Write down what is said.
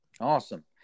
Awesome